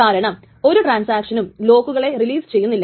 കാരണം ഒരു ട്രാൻസാക്ഷനും ലോക്കുകളെ റിലീസ് ചെയ്യുന്നില്ല